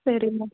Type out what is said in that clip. சரி மேம்